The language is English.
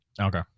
Okay